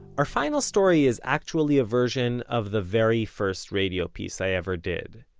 our final story is actually a version of the very first radio piece i ever did.